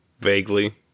Vaguely